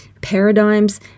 paradigms